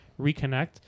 reconnect